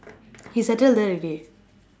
he settle there already